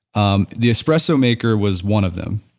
um the espresso maker was one of them,